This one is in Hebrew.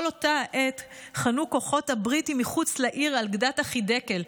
כל אותה העת חנו כוחות הבריטים מחוץ לעיר על גדת החידקל.